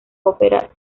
opera